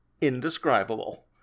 indescribable